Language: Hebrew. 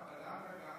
למה לא בלדה?